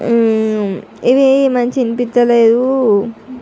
ఇది మంచి వినిపిస్తలేదు